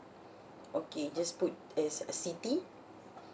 okay just put as siti